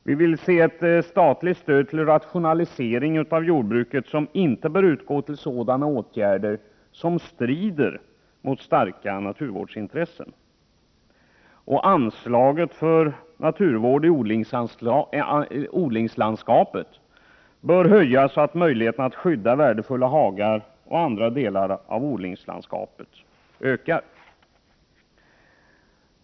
Vi vill se ett statligt stöd till rationalisering av jordbruket, ett stöd som inte bör utgå till sådana åtgärder som strider mot starka naturvårdsintressen. Och anslaget för naturvård i odlingslandskapet bör höjas, så att möjligheterna att skydda värdefulla hagar och andra delar av odlingslandskapet ökar.